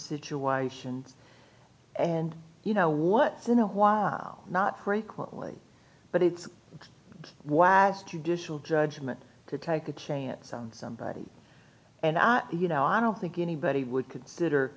situations and you know what's in a while not frequently but it's why as judicial judgement to take a chance on somebody and i you know i don't think anybody would consider